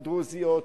הדרוזיות,